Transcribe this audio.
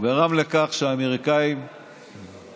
הוא גרם לכך שהאמריקאים מכירים